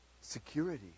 Security